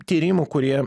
tyrimų kurie